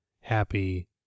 happy